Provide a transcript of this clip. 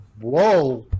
Whoa